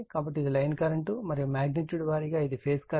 కాబట్టి ఇది line current మరియు మాగ్నిట్యూడ్ వారీగా ఇది ఫేజ్ కరెంట్